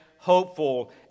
hopeful